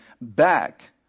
back